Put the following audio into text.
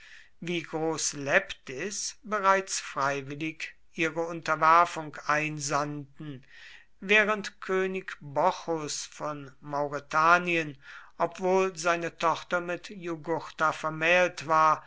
wie groß leptis bereits freiwillig ihre unterwerfung einsandten während könig bocchus von mauretanien obwohl seine tochter mit jugurtha vermählt war